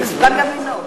זה מסוכן גם לנהוג.